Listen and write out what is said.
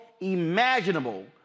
imaginable